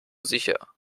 sicher